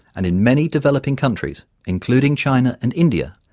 and in many developing countries, including china and india,